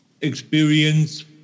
experience